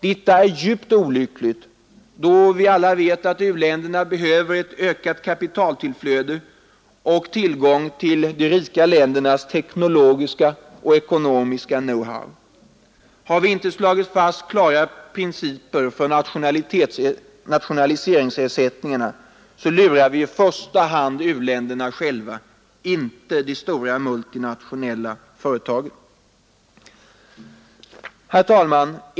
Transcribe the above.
Detta är djupt olyckligt, då vi alla vet att u-länderna behöver ett ökat kapitaltillflöde och tillgång till de rika ländernas teknologiska och ekonomiska knowhow. Har vi inte slagit fast klara principer för nationaliseringsersättningarna så lurar vi i första hand u-länderna själva — inte de stora multinationella företagen.